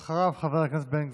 אחריו, חבר הכנסת בן גביר.